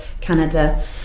Canada